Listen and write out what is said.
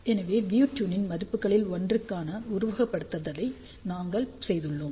எனவே வி ட்யூனின் மதிப்புகளில் ஒன்றிற்கான உருவகப்படுத்துதலை நாங்கள் செய்துள்ளோம்